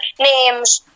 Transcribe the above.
names